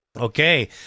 Okay